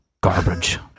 garbage